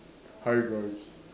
hi guys